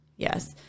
Yes